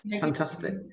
fantastic